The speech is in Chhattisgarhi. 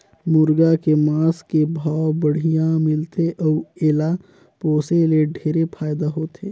मुरगा के मांस के भाव बड़िहा मिलथे अउ एला पोसे ले ढेरे फायदा होथे